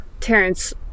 Terrence